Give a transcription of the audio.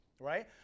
right